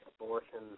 abortion